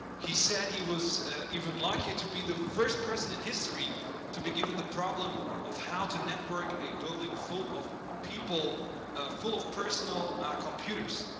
he said he was even luckier to be the first person in history to be given the problem of how to network a building full of people ah full of personal computers.